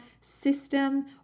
system